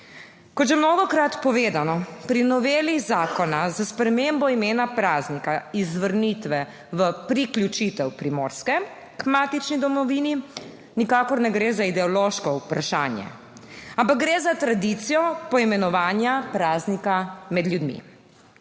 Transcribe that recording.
Kot že mnogokrat povedano pri noveli zakona za spremembo imena praznika iz vrnitve v priključitev Primorske k matični domovini, nikakor ne gre za ideološko vprašanje, ampak gre za tradicijo poimenovanja praznika med ljudmi,